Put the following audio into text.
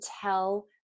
tell